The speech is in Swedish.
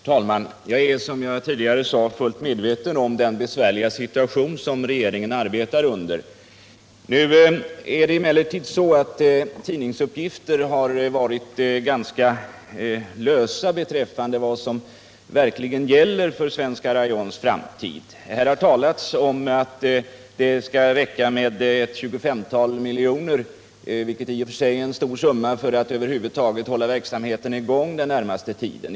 Herr talman! Jag är som jag tidigare sade fullt medveten om den besvärliga situation som regeringen arbetar under. Nu är det emellertid så att tidningsuppgifterna har varit ganska lösa beträffande vad som verkligen gäller för Svenska Rayons framtid. Det har talats om att det skall räcka med ett 25-tal miljoner — vilket i och för sig är en stor summa — för att hålla verksamheten i gång den närmaste tiden.